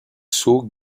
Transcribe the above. sceaux